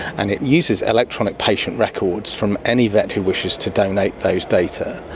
and it uses electronic patient records from any vet who wishes to donate those data.